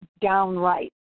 downright